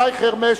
שי חרמש,